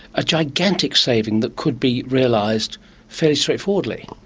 a gigantic saving that could be realised fairly straightforwardly.